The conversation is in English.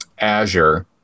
Azure